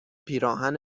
پیراهن